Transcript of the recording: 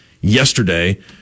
yesterday